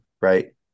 right